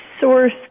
source